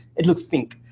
it looks pink.